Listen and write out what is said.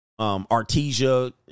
Artesia